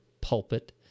pulpit